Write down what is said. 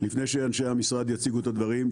לפני שאנשי המשרד יציגו את הדברים.